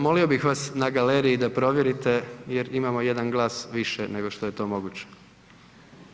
Molio bih vas na galeriji da provjeriti jer imamo jedan glas više nego što je to moguće.